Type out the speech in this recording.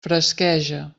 fresqueja